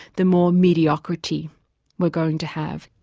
the more mediocrity we're going to have.